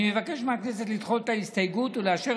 אני מבקש מהכנסת לדחות את ההסתייגות ולאשר